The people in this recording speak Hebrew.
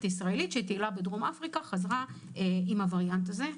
ישראלית שטיילה בדרום אפריקה חזרה עם הווריאנט הזה.